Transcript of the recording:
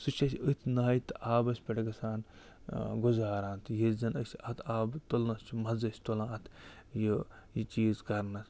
سُہ چھِ أسۍ أتھۍ نایہِ تہٕ آبَس پٮ۪ٹھ گژھان گُزاران تہٕ ییٚلہِ زَنہٕ أسۍ اَتھ آبہٕ تُلنَس چھِ مَزٕ أسۍ تُلان اَتھ یہِ یہِ چیٖز کَرنَس